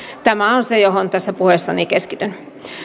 tämä on se johon tässä puheessani keskityn